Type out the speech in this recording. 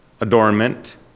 adornment